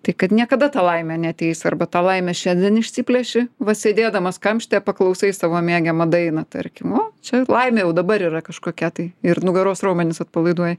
tai kad niekada ta laimė neateis arba tą laimę šiandien išsiplėši va sėdėdamas kamštyje paklausai savo mėgiamą dainą tarkim o čia laimė jau dabar yra kažkokia tai ir nugaros raumenis atpalaiduoji